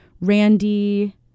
Randy